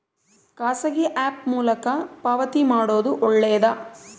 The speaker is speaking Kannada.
ಖಾಸಗಿ ಆ್ಯಪ್ ಮೂಲಕ ಪಾವತಿ ಮಾಡೋದು ಒಳ್ಳೆದಾ?